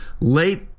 late